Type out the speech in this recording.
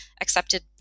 accepted